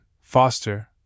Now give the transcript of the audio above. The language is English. Foster